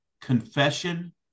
confession